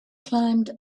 climbed